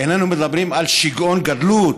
איננו מדברים על שגעון גדלות?